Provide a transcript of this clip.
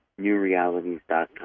newrealities.com